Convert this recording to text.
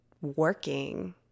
working